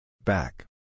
back